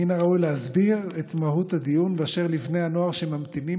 מן הראוי להסביר את מהות הדיון באשר לבני הנוער שממתינים